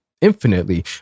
Infinitely